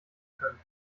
können